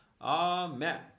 Amen